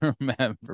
remember